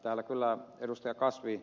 täällä kyllä ed